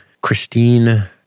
Christine